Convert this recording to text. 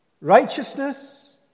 righteousness